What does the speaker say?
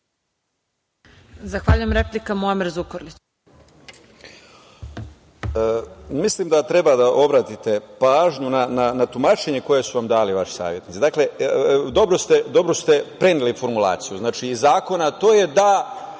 Zahvaljujem. Replika Muamer Zukorlić.